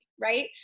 right